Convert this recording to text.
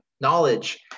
knowledge